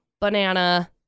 banana